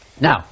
Now